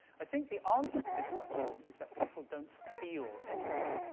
i think the answer to this question is that people don't feel anything.